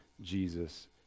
Jesus